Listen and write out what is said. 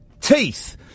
teeth